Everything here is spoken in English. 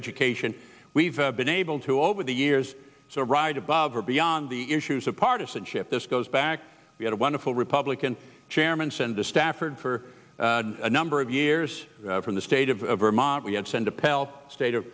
education we've been able to over the years so right above or beyond the issues of partisanship this goes back we had a wonderful republican chairman send the stafford for a number of years from the state of vermont we have sent a pell state of